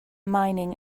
mining